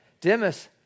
Demas